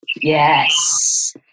Yes